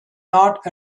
not